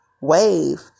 wave